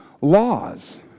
laws